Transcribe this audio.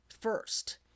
first